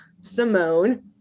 simone